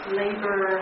labor